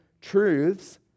truths